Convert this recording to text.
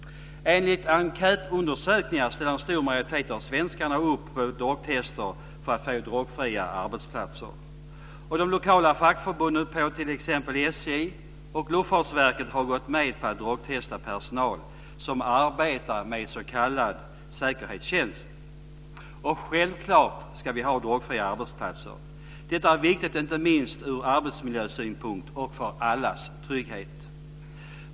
Enligt enkätundersökningar ställer en stor majoritet av svenskarna upp på drogtest för att få drogfria arbetsplatser. De lokala fackförbunden på t.ex. SJ och Luftfartsverket har gått med på att drogtesta personal som arbetar med s.k. säkerhetstjänst. Självklart ska vi ha drogfria arbetsplatser. Detta är viktigt inte minst ur arbetsmiljösynpunkt och för allas trygghet.